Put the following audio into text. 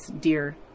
dear